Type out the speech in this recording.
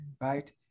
right